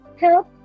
help